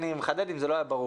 אני מחדד אם זה לא היה ברור.